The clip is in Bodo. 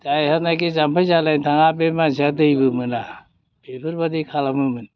जायहानोखि जामफै जालायनो थाङा बे मानसिया दैबो मोना बेफोरबायदि खालामोमोन